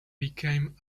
became